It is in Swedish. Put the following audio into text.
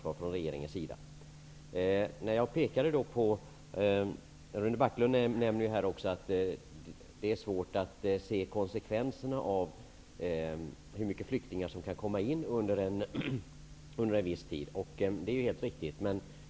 Rune Backlund säger också att det är svårt att se konsekvenserna av hur många flyktingar som kan komma under en viss tidsperiod. Det är riktigt.